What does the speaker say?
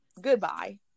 goodbye